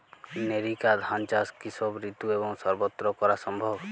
NERICA ধান চাষ কি সব ঋতু এবং সবত্র করা সম্ভব?